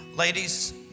Ladies